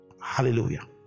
Hallelujah